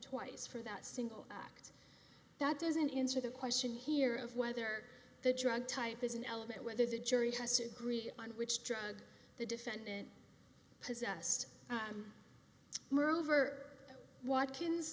twice for that single act that isn't into the question here of whether the drug type is an element whether the jury has to agree on which drug the defendant possessed moreover watkins